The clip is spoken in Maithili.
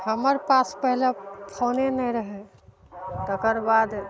हमर पास पहिले फोने नहि रहय तकर बाद